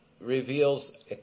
reveals